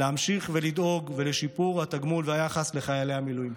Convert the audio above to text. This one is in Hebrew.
להמשיך ולדאוג לשיפור התגמול והיחס לחיילי המילואים.